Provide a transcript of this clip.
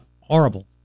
Horrible